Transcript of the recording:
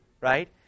right